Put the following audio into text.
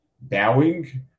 bowing